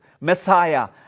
Messiah